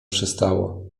przystało